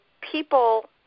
people